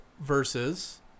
versus